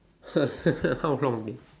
how long dey